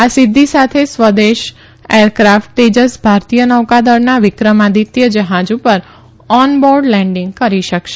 આ સિદ્ધિ સાથે સ્વદેશી એરક્રાફ્ટ તેજસ ભારતીય નૌકાદળના વિક્રમાદિત્ય જહાજ ઉપર ઓન બોર્ડ લેન્ડીંગ કરી શકશે